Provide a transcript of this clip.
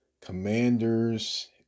commanders